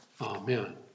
Amen